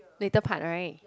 later part [right]